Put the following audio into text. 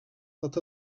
that